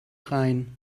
rhein